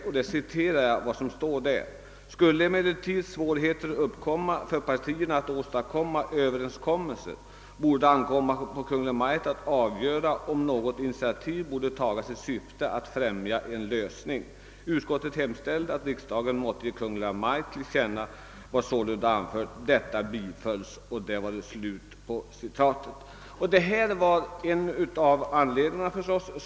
Jag skall här be att få upprepa en del av detta citat: »Skulle emellertid svårigheter uppkomma för partierna att åstadkomma överenskommelser, borde det ankomma på Kungl. Maj:t att överväga, om något initiativ borde tagas i syfte att främja en lösning.» Utskottet hemställde — som jag också har nämnt i interpellationen — att riksdagen måtte ge Kungl. Maj:t till känna vad sålunda anförts. Detta bifölls.